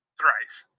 thrice